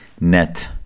net